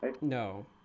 No